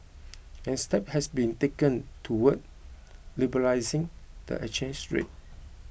and steps have been taken towards liberalising the exchange rate